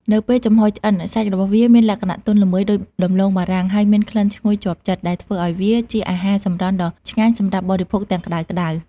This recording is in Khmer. នៅពេលចំហុយឆ្អិន សាច់របស់វាមានលក្ខណៈទន់ល្មើយដូចដំឡូងបារាំង ហើយមានក្លិនឈ្ងុយជាប់ចិត្ត ដែលធ្វើឲ្យវាជាអាហារសម្រន់ដ៏ឆ្ងាញ់សម្រាប់បរិភោគទាំងក្ដៅៗ។